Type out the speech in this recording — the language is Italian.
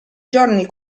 giorni